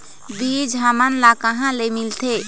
बीज हमन ला कहां ले मिलथे?